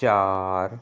ਚਾਰ